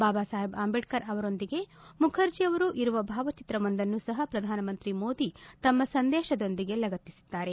ಬಾಬಾ ಸಾಹೇಬ್ ಅಂಬೇಡ್ಕರ್ ಅವರೊಂದಿಗೆ ಮುಖರ್ಜಿ ಅವರು ಇರುವ ಭಾವಚಿತ್ರವೊಂದನ್ನು ಸಹ ಪ್ರಧಾನಮಂತ್ರಿ ಮೋದಿ ತಮ್ಮ ಸಂದೇಶದೊಂದಿಗೆ ಲಗತ್ತಿಸಿದ್ದಾರೆ